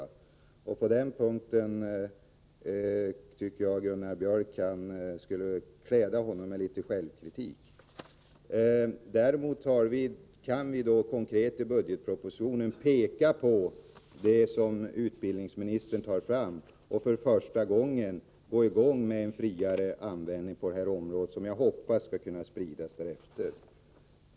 På den stärka folkrörelser punkten tycker jag att det skulle klä Gunnar Björk med litet självkritik. Däremot kan vi konkret i budgetpropositionen peka på det som utbildningsministern tar fram och för första gången tillämpa en friare användning på det här området — något som jag hoppas därefter skall kunna spridas.